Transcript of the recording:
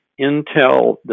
Intel